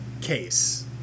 case